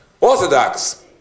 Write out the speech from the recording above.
Orthodox